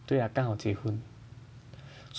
对 ah 刚好结婚